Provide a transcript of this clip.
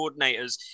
coordinators